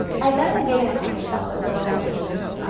i got a gig in a coffee shop. it was going out of business.